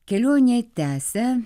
kelionė tęsia